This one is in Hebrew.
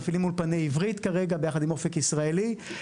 מפעילים אולפני עברית כרגע יחד עם "אופק ישראלי".